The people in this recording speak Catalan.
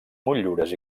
motllures